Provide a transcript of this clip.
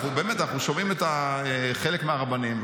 אנחנו שומעים חלק מהרבנים,